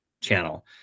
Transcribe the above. channel